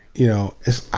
you know it's,